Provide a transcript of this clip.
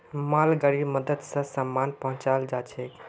मालगाड़ीर मदद स सामान पहुचाल जाछेक